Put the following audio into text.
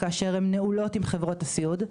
כאשר הן נעולות עם חברות הסיעוד.